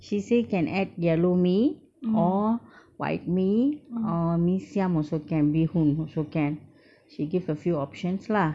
she say can add yellow mee or white mee or mee siam also can bee hoon also can she gave a few options lah